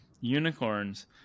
unicorns